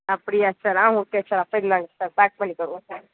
அப்படியா சார் ஆ okay sir அப்போ இந்தாங்க சார் பேக் பண்ணிக்கோங்க சார்